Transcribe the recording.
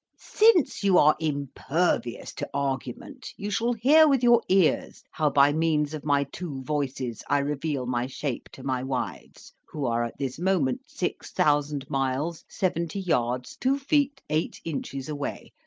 since you are impervious to argument, you shall hear with your ears how by means of my two voices i reveal my shape to my wives, who are at this moment six thousand miles seventy yards two feet eight inches away,